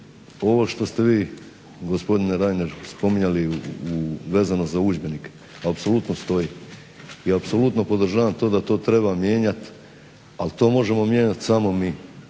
Ovo što ste vi gospodine Reiner spominjali vezano za udžbenike, apsolutno stoji i apsolutno podržavam to da to treba mijenjati, ali to možemo samo mijenjati samo mi.